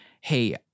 hey